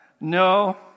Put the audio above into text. No